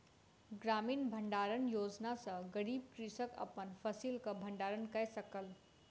ग्रामीण भण्डारण योजना सॅ गरीब कृषक अपन फसिलक भण्डारण कय सकल